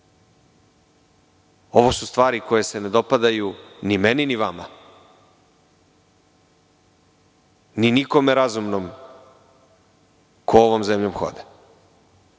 Ovo su stvari koje se ne dopadaju ni meni ni vama ni nikome razumnom ko ovom zemljom hoda,